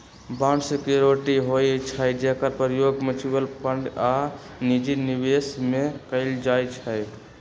bond security होइ छइ जेकर प्रयोग म्यूच्यूअल फंड आऽ निजी निवेश में कएल जाइ छइ